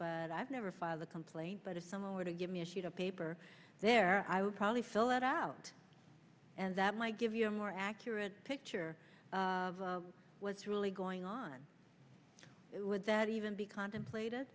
but i've never filed a complaint but if someone were to give me a sheet of paper there i would probably fill that out and that might give you a more accurate picture of what's really going on with that even the contemplated